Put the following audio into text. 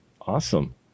awesome